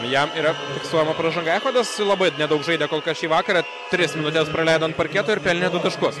jam yra fiksuojama pražanga su labai nedaug žaidė kol kas šį vakarą tris minutes praleido ant parketo ir pelnė du taškus